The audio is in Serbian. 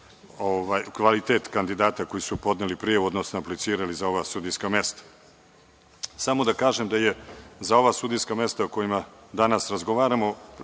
kvalitet kandidata koji su podneli prijavu, odnosno aplicirali za ova sudijska mesta. Samo da kažem da je za ova sudijska mesta o kojima danas razgovaramo,